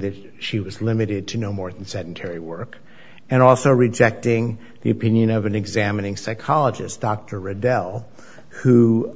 that she was limited to no more than sedentary work and also rejecting the opinion of an examining psychologist dr rebel who